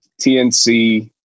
TNC